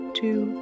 two